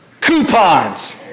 coupons